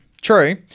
True